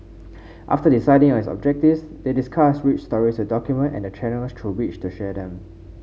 after deciding on its objectives they discussed which stories to document and the channels through which to share them